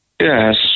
Yes